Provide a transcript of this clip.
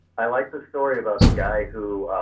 i liked the story about the guy who